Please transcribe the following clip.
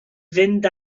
fynd